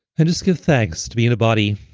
and just give thanks to be in a body